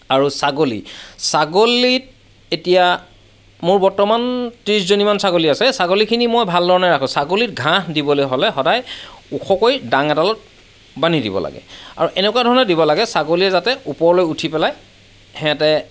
আৰু ছাগলী ছাগলীত এতিয়া মোৰ বৰ্তমান ত্ৰিছ জনীমান ছাগলী আছে ছাগলীখিনি মই ভাল ধৰণে ৰাখো ছাগলীক ঘাঁহ দিবলৈ হ'লে সদাই ওখকৈ দাং এডালত বান্ধি দিব লাগে আৰু এনেকুৱা ধৰণে দিব লাগে ছাগলীয়ে যাতে ওপৰলৈ উঠি পেলাই সিহঁতে